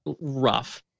rough